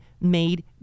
made